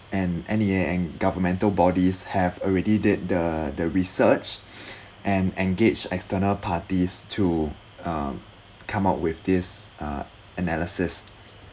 and N_E_A and governmental bodies have already did the the research and engage external parties to um come up with this uh analysis